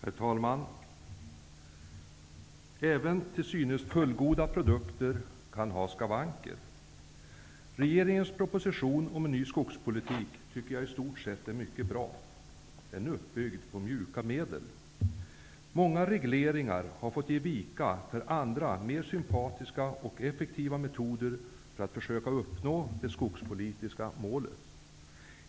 Herr talman! Även till synes fullgoda produkter kan ha skavanker. Jag tycker att regeringens proposition om en ny skogspolitik i stort sett är mycket bra. Den är uppbyggd på mjuka medel. Många regleringar har fått ge vika för andra mer sympatiska och effektiva metoder för att försöka uppnå det skogspolitiska målet.